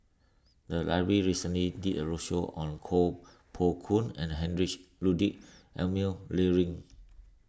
the library recently did a roadshow on Koh Poh Koon and Heinrich Ludwig Emil Luering